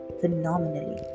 phenomenally